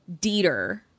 Dieter